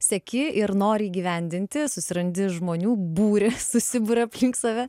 seki ir nori įgyvendinti susirandi žmonių būrį susiburia aplink save